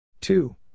Two